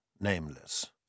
nameless